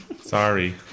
Sorry